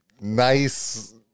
nice